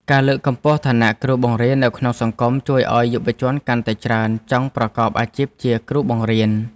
ការលើកកម្ពស់ឋានៈគ្រូបង្រៀននៅក្នុងសង្គមជួយឱ្យយុវជនកាន់តែច្រើនចង់ប្រកបអាជីពជាគ្រូបង្រៀន។